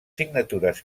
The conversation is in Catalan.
signatures